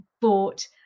bought